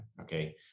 okay